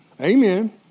Amen